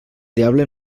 diable